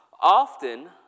Often